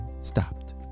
stopped